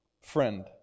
Friend